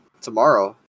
tomorrow